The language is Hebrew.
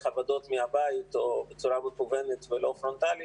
עבודות מהבית או בצורה מקוונת ולא פרונטלית,